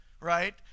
right